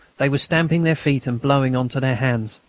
they were stamping their feet and blowing into their hands.